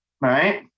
Right